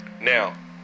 Now